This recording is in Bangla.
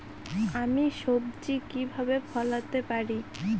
আমি সবজি কিভাবে ফলাতে পারি?